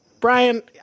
Brian